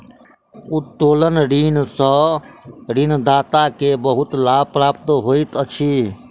उत्तोलन ऋण सॅ ऋणदाता के बहुत लाभ प्राप्त होइत अछि